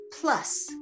plus